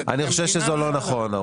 אני חושב שזה לא נכון.